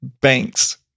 banks